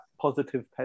positive